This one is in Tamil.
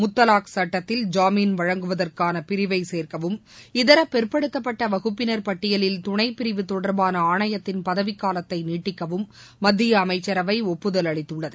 முத்தலாக் சட்டத்தில் ஜாமீன் வழங்குவதற்கான பிரிவை சேர்க்கவும் இதர பிற்படுத்தப்பட்ட வகுப்பினர் பட்டியலில் துணைப் பிரிவு தொடர்பான ஆணையத்தின் பதவிக்காலத்தை நீட்டிக்கவும் மத்திய அமைச்சரவை ஒப்புதல் அளித்துள்ளது